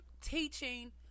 teaching